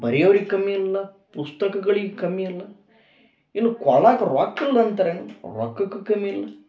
ಬರಿಯವ್ರಿಗೆ ಕಮ್ಮಿ ಇಲ್ಲ ಪುಸ್ತಕಗಳಿಗೆ ಕಮ್ಮಿ ಇಲ್ಲ ಇನ್ನು ಕೊಳ್ಳಾಕ್ಕ ರೊಕ್ಕ ಇಲ್ಲ ಅಂತಾರೇನು ರೊಕ್ಕಕ್ಕೆ ಕಮ್ಮಿ ಇಲ್ಲ